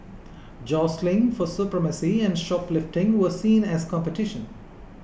jostling for supremacy and shoplifting were seen as competition